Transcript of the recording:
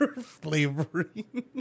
flavoring